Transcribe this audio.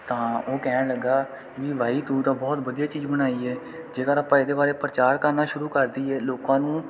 ਤਾਂ ਉਹ ਕਹਿਣ ਲੱਗਿਆ ਵੀ ਬਾਈ ਤੂੰ ਤਾਂ ਬਹੁਤ ਵਧੀਆ ਚੀਜ਼ ਬਣਾਈ ਹੈ ਜੇਕਰ ਆਪਾਂ ਇਹਦੇ ਬਾਰੇ ਪ੍ਰਚਾਰ ਕਰਨਾ ਸ਼ੁਰੂ ਕਰ ਦੇਈਏ ਲੋਕਾਂ ਨੂੰ